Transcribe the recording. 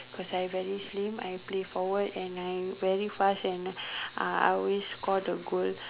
cause I very slim I play forward and I am very fast and I I always score the goal